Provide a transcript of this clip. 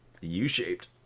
U-shaped